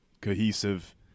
cohesive